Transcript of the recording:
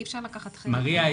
אי אפשר לקחת חלק --- מריה,